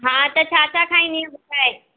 हा त छा छा खाईंदीएं ॿुधाइ